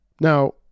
Now